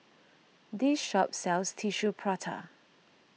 this shop sells Tissue Prata